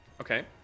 Okay